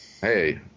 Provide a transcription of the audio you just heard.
Hey